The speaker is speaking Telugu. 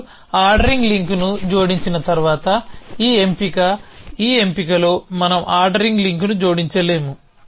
మీరు ఆర్డరింగ్ లింక్ని జోడించిన తర్వాత ఈ ఎంపిక ఈ ఎంపికలో మనం ఆర్డరింగ్ లింక్ను జోడించలేము